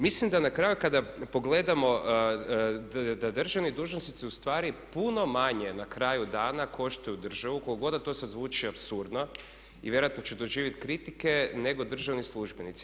Mislim da na kraju kada pogledamo da državni dužnosnici ustvari puno manje na kraju dana koštaju državu koliko god da to sad zvuči apsurdno i vjerojatno će doživiti kritike nego državni službenici.